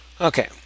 Okay